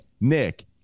Nick